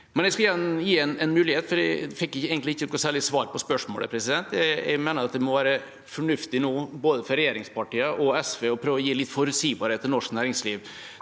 gi ham en mulighet, for jeg fikk egentlig ikke noe særlig svar på spørsmålet. Jeg mener at det må være fornuftig nå, for både regjeringspartiene og SV, å prøve å gi litt forutsigbarhet til norsk næringsliv.